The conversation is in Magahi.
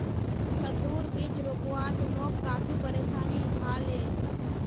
कद्दूर बीज रोपवात मोक काफी परेशानी ह ले